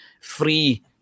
free